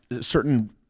certain